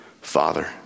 father